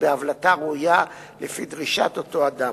בהבלטה ראויה לפי דרישת אותו אדם.